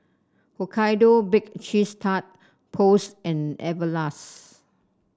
Hokkaido Baked Cheese Tart Post and Everlast